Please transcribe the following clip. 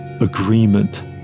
Agreement